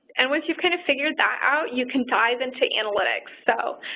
and once you've kind of figured that out, you can dive into analytics. so,